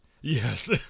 Yes